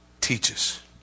teaches